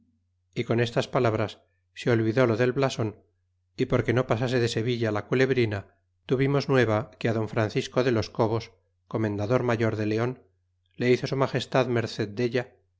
y con estas palabras se olvidó lo del blason y por que no pasase de sévilla la culebrina tuvimos nueva que á don francisco de los cobos comendador mayor de leon le hizo su magestad merced della